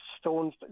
stones